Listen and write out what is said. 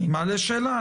אני מעלה שאלה,